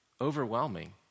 overwhelming